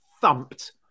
thumped